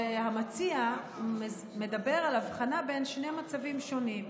והמציע מדבר על הבחנה בין שני מצבים שונים: